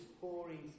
pouring